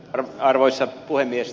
arvoisa puhemies